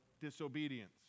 disobedience